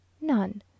None